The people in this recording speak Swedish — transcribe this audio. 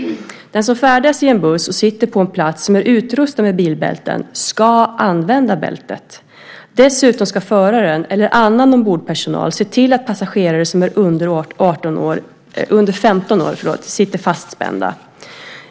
Den som färdas i en buss och sitter på en plats som är utrustad med bilbälte ska använda bältet. Dessutom ska föraren, eller annan ombordpersonal, se till att passagerare som är under 15 år sitter fastspända.